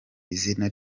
izina